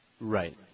Right